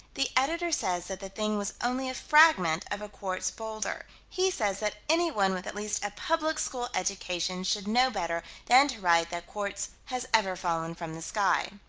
the editor says that the thing was only a fragment of a quartz boulder. he says that anyone with at least a public school education should know better than to write that quartz has ever fallen from the sky.